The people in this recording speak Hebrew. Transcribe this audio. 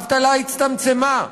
והאבטלה הצטמצמה.